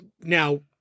Now